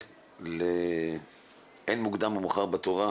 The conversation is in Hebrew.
על מה הלינו בתקופת הקורונה?